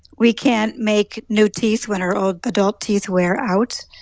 we can't make new teeth when our old adult teeth wear out.